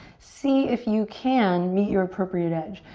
see if you can meet your appropriate edge.